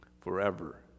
forever